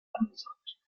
angesagt